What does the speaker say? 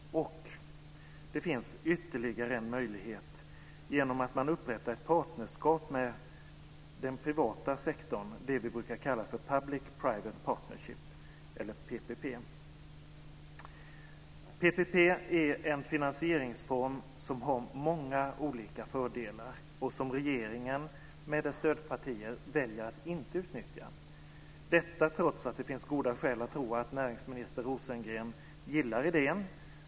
Det finns ytterligare en möjlighet genom att man upprättar ett partnerskap med den privata sektorn, det vi brukar kalla för public-private partnership eller PPP. PPP är en finansieringsform som har många olika fördelar och som regeringen med dess stödpartier väljer att inte utnyttja, detta trots att det finns goda skäl att tro att näringsminister Rosengren gillar idén.